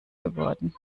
geworden